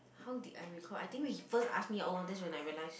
how did I recall I think we first ask me out that's when I realise